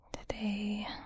Today